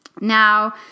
Now